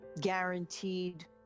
guaranteed